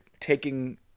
taking